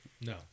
No